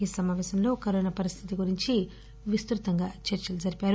ఈ సమాపేశంలో కరోనా పరిస్టితి గురించి విస్తృతంగా చర్చలు జరిపారు